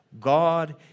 God